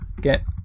Get